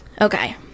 Okay